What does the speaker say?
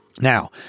now